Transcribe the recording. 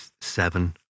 seven